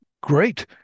great